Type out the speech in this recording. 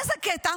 איזה קטע,